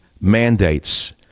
mandates